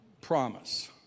promise